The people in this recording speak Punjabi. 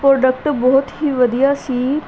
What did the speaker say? ਪ੍ਰੋਡਕਟ ਬਹੁਤ ਹੀ ਵਧੀਆ ਸੀ